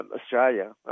Australia